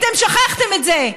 אתם שכחתם את זה.